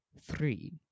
three